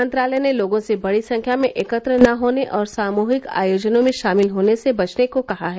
मंत्रालय ने लोगों से बड़ी संख्या में एकत्र न होने और सामूहिक आयोजनों में शामिल होने से बचने को कहा है